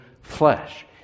flesh